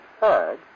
third